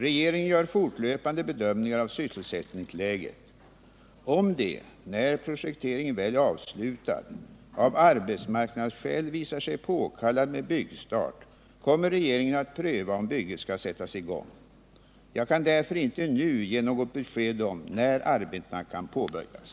Regeringen gör fortlöpande bedömningar av sysselsättningsläget. Om det — när projekteringen väl är avslutad — av arbetsmarknadsskäl visar sig påkallat med byggstart kommer regeringen att pröva om bygget skall sättas i gång. Jag kan därför inte nu ge något besked om när arbetena kan påbörjas.